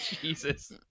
Jesus